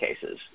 cases